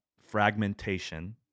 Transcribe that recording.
fragmentation